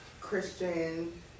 Christian